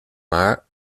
maar